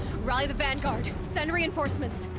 rally the vanguard! send reinforcements!